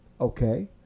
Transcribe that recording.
Okay